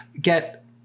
get